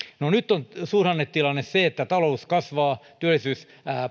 no nyt on suhdannetilanne se että talous kasvaa työllisyys